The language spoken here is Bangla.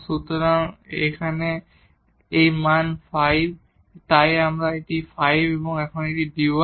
সুতরাং এই মান 5 এবং তাই এখানে এটি 5 এবং এখন dy